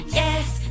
yes